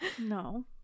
no